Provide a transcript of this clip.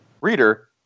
Reader